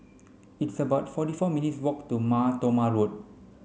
it's about forty four minutes' walk to Mar Thoma Road